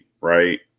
right